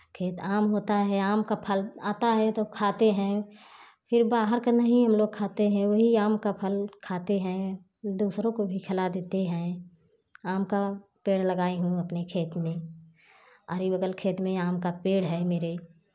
खेत आम होता है आम का फल आता है तो खाते हैं फिर बाहर का नहीं हम लोग खाते हैं वही आम का फल खाते हैं दूसरों को भी खिला देते हैं आम का पेड़ लगाई हूँ अपने खेत में आरी बगल खेत में आम का पेड़ है मेरे